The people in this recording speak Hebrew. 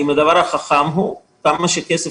והאם חכם למרוח את הכסף,